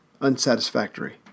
unsatisfactory